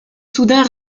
soudain